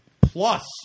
plus